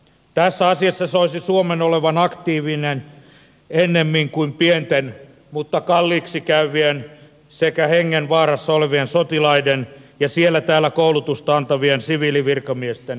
tässä asiassa soisi suomen olevan aktiivinen ennemmin kuin kalliiksi käyvien sekä hengenvaarassa olevien sotilaiden ja siellä täällä koulutusta antavien siviilivirkamiesten ylläpidossa